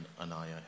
Anaya